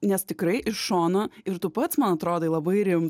nes tikrai iš šono ir tu pats man atrodai labai rim